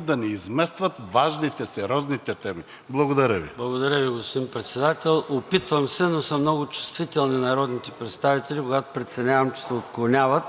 да не изместват важните, сериозните теми. Благодаря Ви. ПРЕДСЕДАТЕЛ ЙОРДАН ЦОНЕВ: Благодаря Ви, господин Председател. Опитвам се, но са много чувствителни народните представители, когато преценявам, че се отклоняват